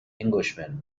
englishman